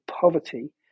poverty